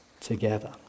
together